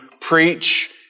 preach